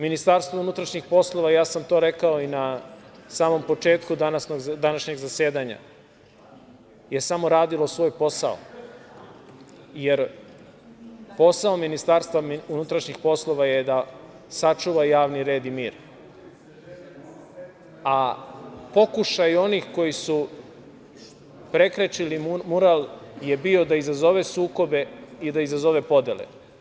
Ministarstvo unutrašnjih poslova, ja sam to rekao i na samom početku današnjeg zasedanja, je samo radilo svoj posao, jer posao Ministarstva unutrašnjih poslova je da sačuva javni red i mir, a pokušaj onih koji su prekrečili mural je bio da izazovu sukobe i da da izazove podele.